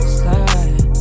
slide